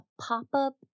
pop-up